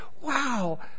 Wow